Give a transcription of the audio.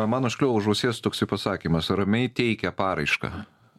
man užkliuvo už ausies toksai pasakymas ramiai teikia paraišką